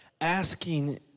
asking